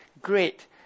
great